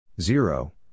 zero